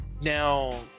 now